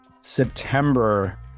September